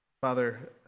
Father